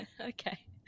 Okay